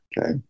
Okay